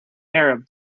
arab